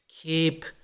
keep